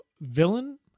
villain